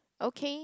okay